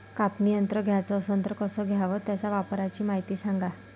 कापनी यंत्र घ्याचं असन त कस घ्याव? त्याच्या वापराची मायती सांगा